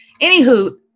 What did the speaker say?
Anywho